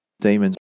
demons